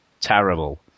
terrible